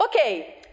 Okay